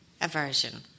aversion